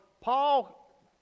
Paul